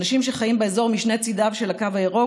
אנשים שחיים באזור משני צידיו של הקו הירוק.